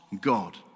God